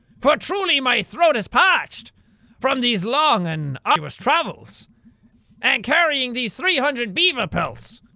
for truly my throat is parched from these long and arduous travels and carrying these three hundred beaver pelts.